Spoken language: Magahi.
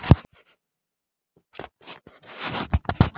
लोन विदेश में पढ़ेला मिल सक हइ?